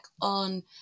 on